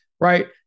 right